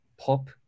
pop